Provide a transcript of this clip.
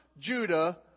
Judah